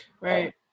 Right